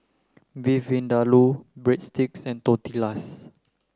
Beef Vindaloo Breadsticks and Tortillas